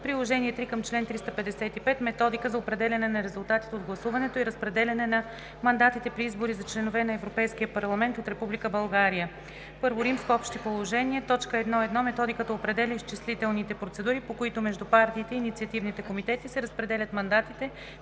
„Приложение № 3 към чл. 355 МЕТОДИКА за определяне на резултатите от гласуването и разпределяне на мандатите при избори за членове на Европейския парламент от Република България I. Общи положения 1.1. Методиката определя изчислителните процедури, по които между партиите и инициативните комитети се разпределят мандатите